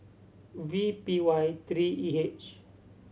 V P Y three E H